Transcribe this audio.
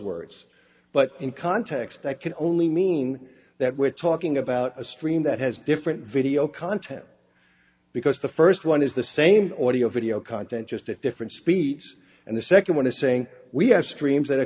words but in context that can only mean that we're talking about a stream that has different video content because the first one is the same audio video content just at different speeds and the second one is saying we have streams that are